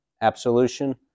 absolution